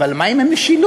אבל מה עם המשילות?